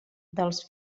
dels